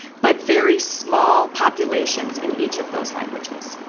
but very small populations in each of those languages.